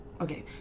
Okay